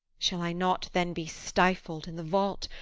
shall i not then be stifled in the vault,